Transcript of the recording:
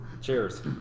Cheers